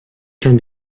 can